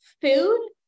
food